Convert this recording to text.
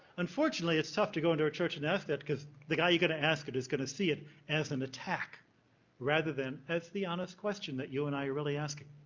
unfortunately, it's tough to go unto a church and ask that because the guy you're going to ask it is going to see it as an attack rather than as the honest question that you and i are really asking.